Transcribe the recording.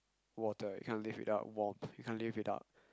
water you can't live without warmth you can't live without